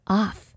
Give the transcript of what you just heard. off